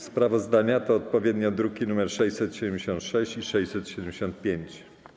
Sprawozdania to odpowiednio druki nr 676 i 675.